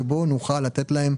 שבו נוכל לתת להם